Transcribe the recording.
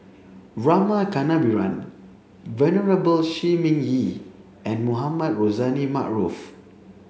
Rama Kannabiran Venerable Shi Ming Yi and Mohamed Rozani Maarof